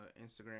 Instagram